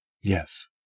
Yes